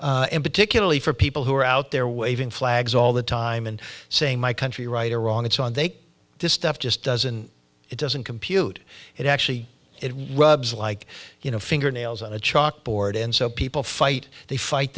security for people who are out there waving flags all the time and saying my country right or wrong it's on take this stuff just doesn't it doesn't compute it actually it rubs like you know fingernails on a chalkboard and so people fight they fight